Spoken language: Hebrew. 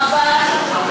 זו הבעיה שלך.